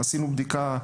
עשינו בדיקה,